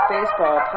Baseball